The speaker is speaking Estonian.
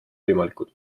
võimalikud